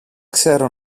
ξέρω